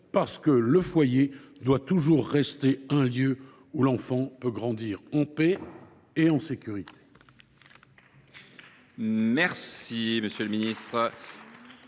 parce que le foyer doit toujours rester un lieu où l’enfant peut grandir en paix et en sécurité.